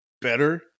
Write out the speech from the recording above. better